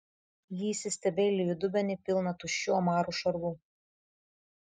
ji įsistebeilijo į dubenį pilną tuščių omarų šarvų